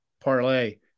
parlay